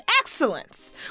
excellence